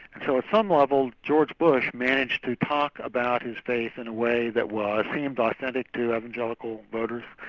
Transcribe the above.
and so at some level, george bush managed to talk about his faith in a way that was seen as and authentic to evangelical voters.